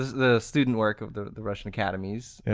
the student work of the the russian academies,